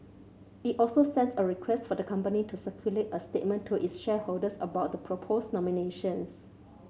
it also sends a request for the company to circulate a statement to its shareholders about the proposed nominations